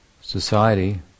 society